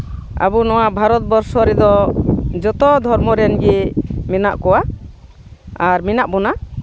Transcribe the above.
ᱟᱵᱚ ᱱᱚᱣᱟ ᱵᱷᱟᱨᱚᱛᱵᱚᱨᱥᱚ ᱨᱮᱫᱚ ᱡᱚᱛᱚ ᱫᱷᱚᱨᱢᱚ ᱨᱮᱱᱜᱮ ᱢᱮᱱᱟᱜ ᱠᱚᱣᱟ ᱟᱨ ᱢᱮᱱᱟᱜ ᱵᱳᱱᱟ